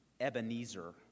Ebenezer